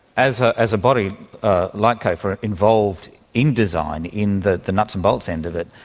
as ah as a body ah like cofa involved in design, in the the nuts and bolts end of it,